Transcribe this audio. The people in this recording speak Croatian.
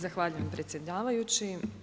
Zahvaljujem predsjedavajući.